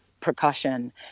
percussion